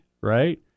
right